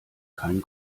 kein